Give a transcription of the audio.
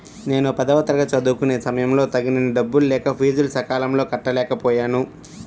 నేను పదవ తరగతి చదువుకునే సమయంలో తగినన్ని డబ్బులు లేక ఫీజులు సకాలంలో కట్టలేకపోయాను